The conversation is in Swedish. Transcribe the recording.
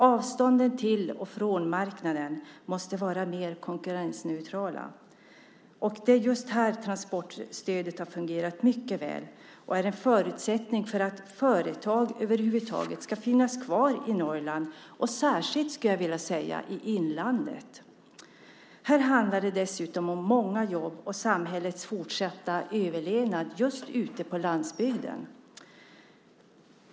Avstånden till och från marknaden måste vara mer konkurrensneutrala. Det är just här transportstödet har fungerat mycket väl. Det är en förutsättning för att företag över huvud taget ska finnas kvar i Norrland, och särskilt i inlandet. Här handlar det dessutom om många jobb och samhällets fortsatta överlevnad just ute på landsbygden.